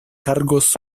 cargos